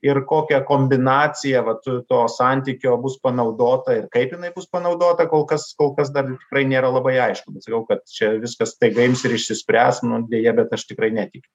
ir kokia kombinacija vat to santykio bus panaudota ir kaip jinai bus panaudota kol kas kol kas dar tikrai nėra labai aišku nesakiau kad čia viskas staiga ims ir išsispręs nu deja bet aš tikrai netikiu